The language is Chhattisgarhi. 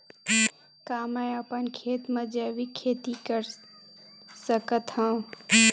का मैं अपन खेत म जैविक खेती कर सकत हंव?